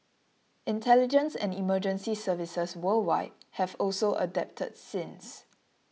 intelligence and emergency services worldwide have also adapted since